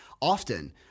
often